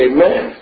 Amen